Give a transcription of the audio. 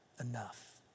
enough